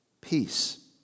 peace